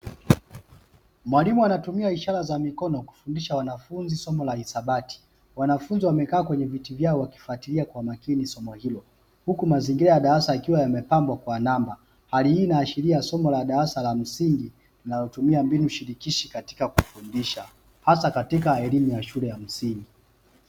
Mwalimu anatumia ishara za mikono kufundisha wanafunzi somo la hisabati. Wanafunzi wamekaa kwenye viti vyao wakifuatilia kwa makini somo hilo, huku mazingira ya darasa yakiwa yamepambwa kwa namba. Hali hii inaashiria somo la darasa la msingi linalotumia mbinu shirikishi katika kufundisha hasa katika elimu ya shule ya msingi.